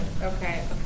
okay